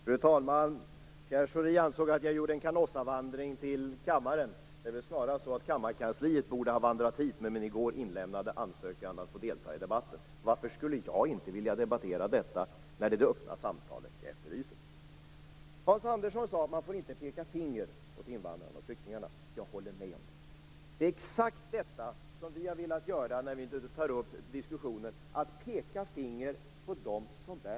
Fru talman! Pierre Schori ansåg att jag gjorde en Canossavandring till kammaren. Det är väl snarare så att kammarkansliet borde ha vandrat hit med min i går inlämnade ansökan om att få delta i debatten. Varför skulle inte jag vilja debattera detta, när det är det öppna samtalet jag efterlyser? Hans Andersson sade att man inte får peka finger åt invandrarna och flyktingarna. Jag håller med om det. Det är exakt detta som vi har velat göra när vi tar upp diskussionen: peka finger åt dem som bär skuld.